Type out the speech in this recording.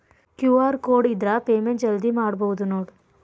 QR code ಇದ್ರ payment ಜಲ್ದಿ ಮಾಡಬಹುದು ನೋಡ್